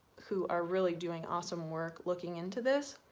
who are really doing awesome work looking into this